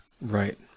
Right